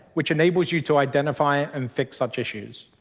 which enables you to identify and fix such issues.